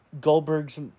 Goldberg's